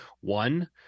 one